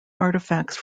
artifacts